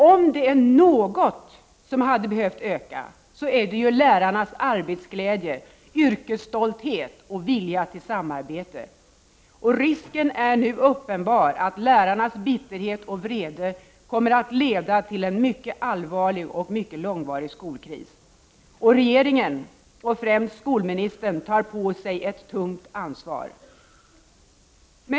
Om det är något som hade behövt öka är det lärarnas arbetsglädje, yrkesstolthet och vilja till samarbete! Risken är nu uppenbar att lärarnas bitterhet och vrede leder till en mycket allvarlig och långvarig skolkris. Regeringen och främst skolministern tar på sig ett tungt ansvar!